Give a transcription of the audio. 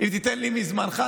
אם תיתן לי מזמנך,